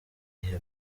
bihe